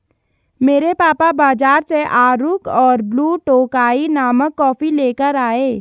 मेरे पापा बाजार से अराकु और ब्लू टोकाई नामक कॉफी लेकर आए